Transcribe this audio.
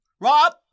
Rob